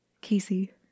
Casey